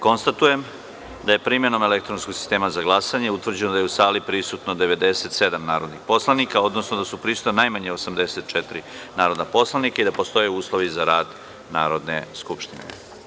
Konstatujem da je, primenom elektronskog sistema za glasanje, utvrđeno da je u sali prisutno 97 narodnih poslanika, odnosno da su prisutna najmanje 84 narodna poslanika i da postoje uslovi za rad Narodne skupštine.